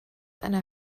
einer